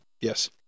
Yes